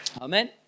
Amen